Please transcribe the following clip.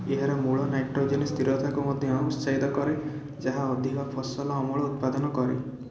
ଏହାର ମୂଳ ନାଇଟ୍ରୋଜେନ୍ ସ୍ଥିରତାକୁ ମଧ୍ୟ ଉତ୍ସାହିତ କରେ ଯାହା ଅଧିକ ଫସଲ ଅମଳ ଉତ୍ପାଦନ କରେ